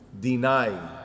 deny